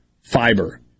fiber